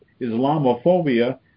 Islamophobia